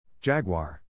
Jaguar